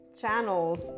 channels